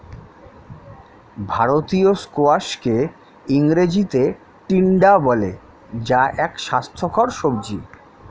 ভারতীয় স্কোয়াশকে ইংরেজিতে টিন্ডা বলে যা এক স্বাস্থ্যকর সবজি